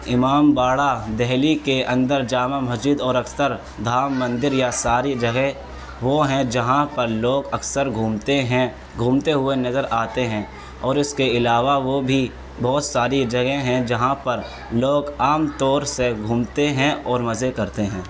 امام باڑا دہلی کے اندر جامع مسجد اور اکثر دھام مندر یا ساری جگہیں وہ ہیں جہاں پر لوگ اکثرگھومتے ہیں گھومتے ہوئے نظر آتے ہیں اور اس کے علاوہ وہ بھی بہت ساری جگہیں ہیں جہاں پر لوگ عام طور سے گھومتے ہیں اور مزے کرتے ہیں